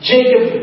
Jacob